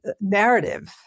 narrative